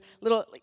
Little